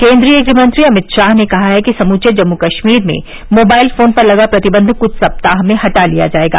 केन्द्रीय गृहमंत्री अमित शाह ने कहा है कि समूवे जम्मू कश्मीर में मोबाइल फोन पर लगा प्रतिबंध कुछ सप्ताह में हटा लिया जाएगा